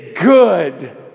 good